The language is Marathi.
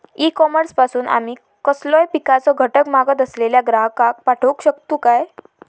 ई कॉमर्स पासून आमी कसलोय पिकाचो घटक मागत असलेल्या ग्राहकाक पाठउक शकतू काय?